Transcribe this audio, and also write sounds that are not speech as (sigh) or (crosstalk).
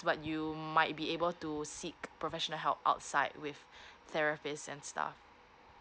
but you might be able to seek professional help outside with (breath) therapists and stuff